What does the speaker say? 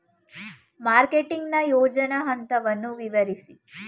Marketing ನ ಯೋಜನಾ ಹಂತವನ್ನು ವಿವರಿಸಿ?